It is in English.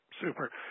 super